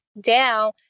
down